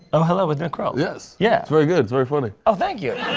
oh, hello with nick kroll. yes. yeah. it's very good. it's very funny. oh, thank you.